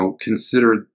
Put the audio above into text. consider